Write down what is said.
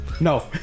No